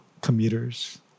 commuters